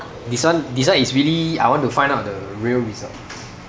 this one this one is really I want to find out the real results